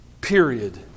period